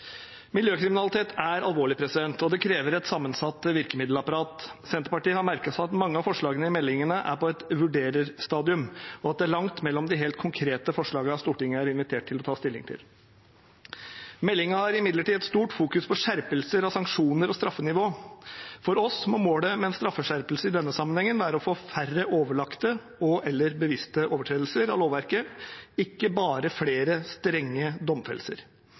Miljøkriminalitet er alvorlig og krever et sammensatt virkemiddelapparat. Senterpartiet har merket seg at mange av forslagene i meldingen er på et «vurderer-stadium», og at det er langt mellom de helt konkrete forslagene som Stortinget er invitert til å ta stilling til. Meldingen har imidlertid et sterkt fokus på skjerpelser, sanksjoner og straffenivå. For oss må målet med en straffeskjerpelse i denne sammenhengen være å få færre overlagte og/eller bevisste overtredelser av lovverket, ikke bare flere strenge domfellelser